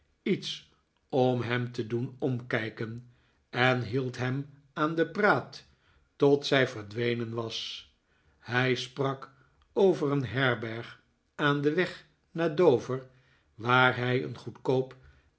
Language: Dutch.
iets om hem te doen omkijken en hield hem aan de praat tot zij verdwenen was hij sprak over een herberg aan den weg naar dover waar hij een goedkoop